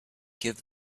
give